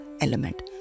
element